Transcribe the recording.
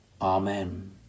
Amen